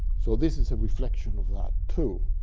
so this is a reflection of that, too.